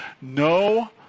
no